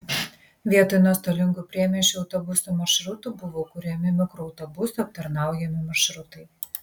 vietoj nuostolingų priemiesčio autobusų maršrutų buvo kuriami mikroautobusų aptarnaujami maršrutai